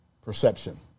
Perception